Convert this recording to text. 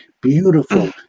Beautiful